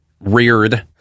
reared